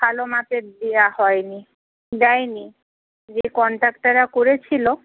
ভালো মাপের দেওয়া হয়নি দেয়নি যে কনট্র্যাক্টররা করেছিল